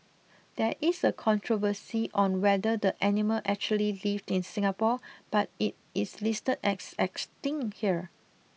there is a controversy on whether the animal actually lived in Singapore but it is listed as 'Extinct' here